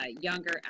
younger